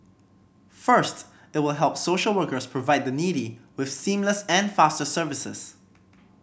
first it will help social workers provide the needy with seamless and faster services